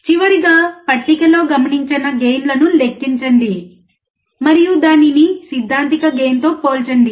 చివరగా పట్టికలో గమనించిన గెయిన్లను లెక్కించండి మరియు దానిని సిద్ధాంతిక గెయిన్తో పోల్చండి